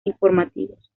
informativos